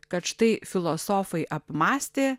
kad štai filosofai apmąstė